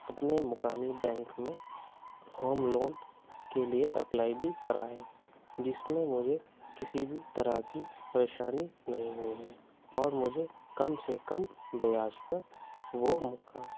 اپنے مقامی بینک میں ہوم لون کے لیے اپلائی بھی کرا ہے جس میں مجھے کسی بھی طرح کی پریشانی نہیں ہوئی ہے اور مجھے کم سے کم بیاج پر وہ مقام